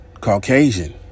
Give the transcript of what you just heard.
Caucasian